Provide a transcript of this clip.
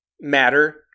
matter